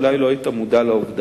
אולי לא היית מודע לעובדה,